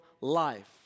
life